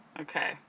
Okay